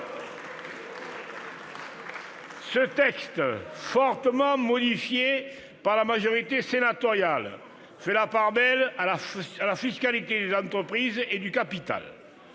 Ce texte, fortement modifié par la majorité sénatoriale, fait la part belle à la fiscalité des entreprises et du capital.